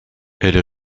elle